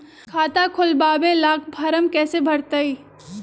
खाता खोलबाबे ला फरम कैसे भरतई?